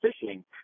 fishing